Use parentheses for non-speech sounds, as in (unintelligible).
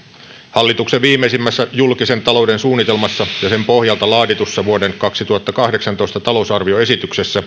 hallituksen viimeisimmässä julkisen talouden suunnitelmassa ja sen pohjalta laaditussa vuoden kaksituhattakahdeksantoista talousarvioesityksessä (unintelligible)